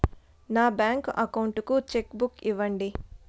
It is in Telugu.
నా బ్యాంకు అకౌంట్ కు చెక్కు బుక్ ఇవ్వండి